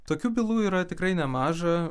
tokių bylų yra tikrai nemaža